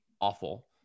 awful